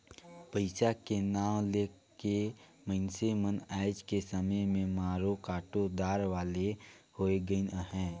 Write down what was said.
पइसा के नांव ले के मइनसे मन आएज के समे में मारो काटो दार वाले होए गइन अहे